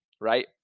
Right